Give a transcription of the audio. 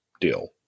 deal